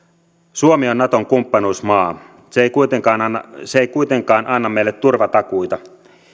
suomi on naton kumppanuusmaa se ei kuitenkaan anna meille turvatakuita